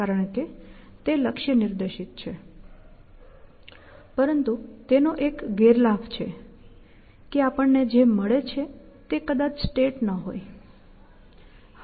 કારણ કે તે લક્ષ્ય નિર્દેશિત છે પરંતુ તેનો એક ગેરલાભ છે કે આપણને જે મળે છે તે કદાચ સ્ટેટ ન હોય